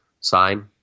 sign